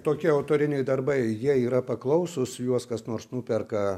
tokie autoriniai darbai jie yra paklausūs juos kas nors nuperka